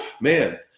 man